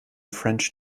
french